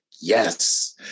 yes